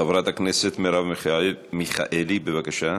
חברת הכנסת מרב מיכאלי, בבקשה.